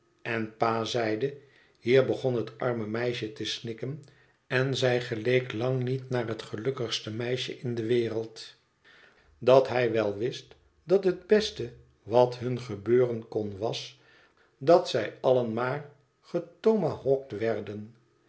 en pa zeide hier begon het arme meisje te snikken en zij geleek lang niet naar het gelukkigste meisje in de wereld dat hij wel wist dat het beste wat hun gebeuren kon was dat zij allen maar getomahawkt werden